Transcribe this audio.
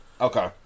Okay